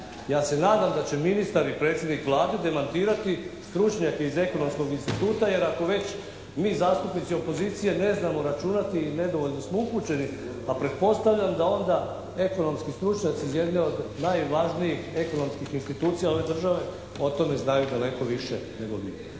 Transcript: Ja se nadam da će ministar i predsjednik Vlade demantirati stručnjake iz Ekonomskog instituta, jer ako već mi zastupnici opozicije ne znamo računati i nedovoljno smo upućeni, a pretpostavljam da onda ekonomski stručnjaci iz jedne od najvažnijih ekonomskih institucija ove države o tome znaju daleko više nego mi.